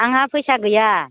आंहा फैसा गैया